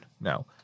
Now